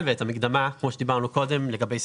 ואת המקדמה כמו שדיברנו קודם לגבי שכיר.